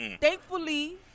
Thankfully